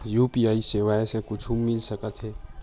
UPI सेवाएं से कुछु मिल सकत हे?